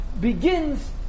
begins